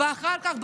ואחר כך,